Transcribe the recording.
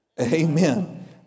Amen